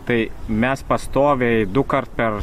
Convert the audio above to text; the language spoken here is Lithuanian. tai mes pastoviai dukart per